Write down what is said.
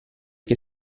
che